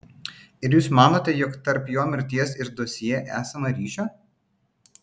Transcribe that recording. ir jūs manote jog tarp jo mirties ir dosjė esama ryšio